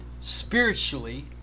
spiritually